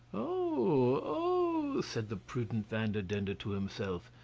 oh! said the prudent vanderdendur to himself,